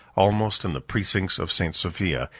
almost in the precincts of st. sophia,